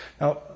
Now